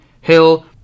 Hill